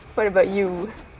what about you